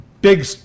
big